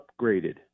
upgraded